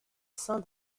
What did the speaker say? sein